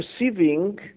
perceiving